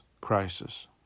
crisis